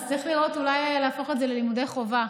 אז צריך לראות, אולי להפוך את זה ללימודי חובה.